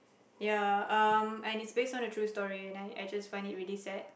ya um and it's based on true story and I I just find it really sad